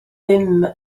ddim